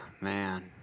man